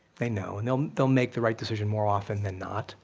they know, and they'll they'll make the right decision more often than not,